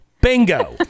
Bingo